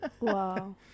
wow